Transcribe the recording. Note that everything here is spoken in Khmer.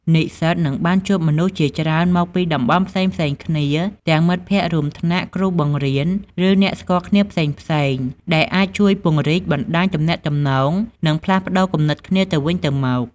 និស្សិតនឹងបានជួបមនុស្សជាច្រើនមកពីតំបន់ផ្សេងៗគ្នា ទាំងមិត្តភ័ក្តិរួមថ្នាក់ គ្រូបង្រៀន ឬអ្នកស្គាល់គ្នាផ្សេងៗ ដែលអាចជួយពង្រីកបណ្ដាញទំនាក់ទំនង និងផ្លាស់ប្ដូរគំនិតគ្នាទៅវិញទៅមក។